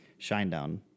Shinedown